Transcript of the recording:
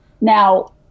Now